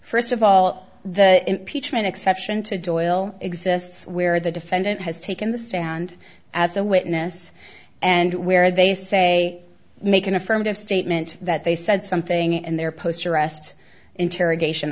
first of all the impeachment exception to doyle exists where the defendant has taken the stand as a witness and where they say make an affirmative statement that they said something and there post arrest interrogation